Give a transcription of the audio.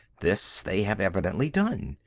this they have evidently done.